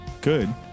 good